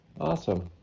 awesome